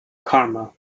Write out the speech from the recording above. karma